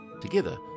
Together